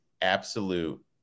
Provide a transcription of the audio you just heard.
absolute